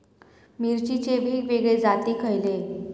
मिरचीचे वेगवेगळे जाती खयले?